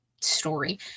story